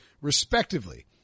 respectively